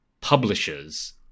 publishers